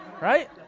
right